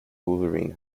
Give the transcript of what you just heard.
wolverine